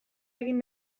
egin